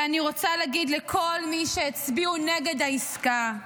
ואני רוצה להגיד לכל מי שהצביעו נגד העסקה,